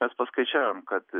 mes paskaičiavom kad